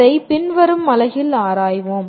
அதை பின்வரும் அலகில் ஆராய்வோம்